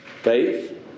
Faith